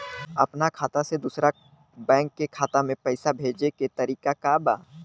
अपना खाता से दूसरा बैंक के खाता में पैसा भेजे के तरीका का बा?